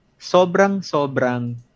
sobrang-sobrang